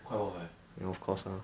ya I need the plug